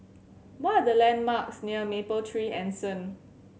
what are the landmarks near Mapletree Anson